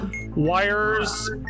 Wires